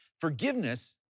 Forgiveness